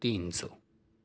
تین سو